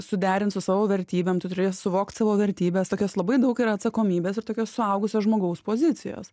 suderint su savo vertybėm tu turi suvokt savo vertybes tokias labai daug yra atsakomybės ir tokios suaugusio žmogaus pozicijos